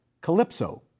Calypso